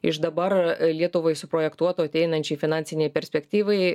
iš dabar lietuvai suprojektuoto ateinančiai finansinei perspektyvai